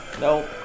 Nope